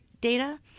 data